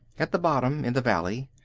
at the bottom, in the valley,